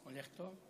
הולך טוב?